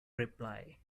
reply